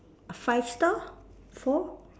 five star four